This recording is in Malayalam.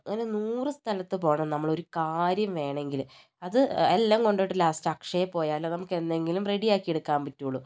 അങ്ങനെ നൂറു സ്ഥലത്ത് പോകണം നമ്മൾ ഒരു കാര്യം വേണമെങ്കിൽ അത് എല്ലാം കൊണ്ടുപോയിട്ട് ലാസ്റ്റ് അക്ഷയയിൽ പോയാലോ നമുക്ക് എന്തെങ്കിലും റെഡിയാക്കി എടുക്കാൻ പറ്റുള്ളൂ